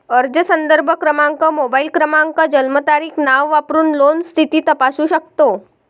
अर्ज संदर्भ क्रमांक, मोबाईल क्रमांक, जन्मतारीख, नाव वापरून लोन स्थिती तपासू शकतो